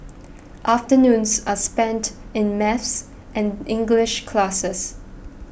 afternoons are spent in maths and English classes